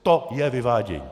To je vyvádění.